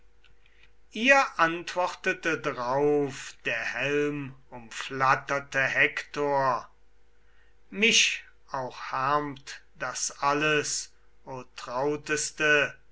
ihr antwortete drauf der helmumflatterte hektor mich auch härmt das alles o trauteste